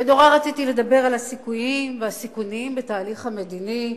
ומאוד רציתי לדבר על הסיכויים והסיכונים בתהליך המדיני,